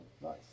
Nice